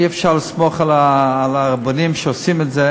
אי-אפשר לסמוך על הרבנים שעושים את זה,